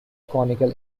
conical